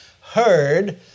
heard